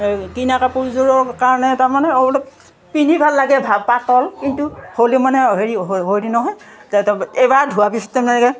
কিনা কাপোৰযোৰৰ কাৰণে তাৰমানে অলপ পিন্ধি ভাল লাগে ভা পাতল কিন্তু হ'লেও মানে হেৰি হৈ নহয় এবাৰ ধোৱা পিছ তেনেকৈ